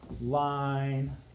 line